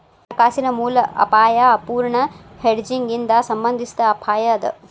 ಹಣಕಾಸಿನ ಮೂಲ ಅಪಾಯಾ ಅಪೂರ್ಣ ಹೆಡ್ಜಿಂಗ್ ಇಂದಾ ಸಂಬಂಧಿಸಿದ್ ಅಪಾಯ ಅದ